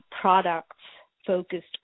products-focused